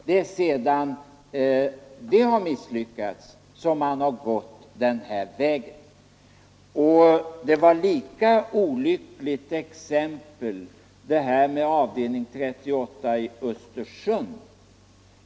Det är sedan försöken härtill har misslyckats som man har gått den andra vägen. Detta med avdelning 38 i Östersund var ett lika olyckligt exempel.